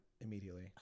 immediately